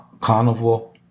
Carnival